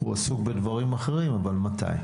הוא עסוק בדברם אחרים אבל מתי?